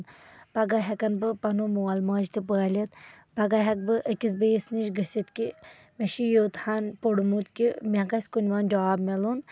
پَگہہ ہیٚکَن بہٕ پَنُن مول موج تہِ پٲلَتھ پَگہہ ہیٚکہٕ بہٕ أکِس بیٚیس نِش گٔژھتھ کہِ مےٚ چُھ یوٗتاہ پورمُت کہِ مےٚ گژھِ کُنہِ منٛز جاب مِلُن